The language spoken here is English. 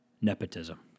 Nepotism